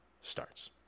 starts